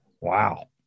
Wow